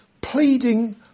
pleading